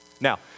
Now